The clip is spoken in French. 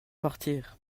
partir